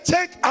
Take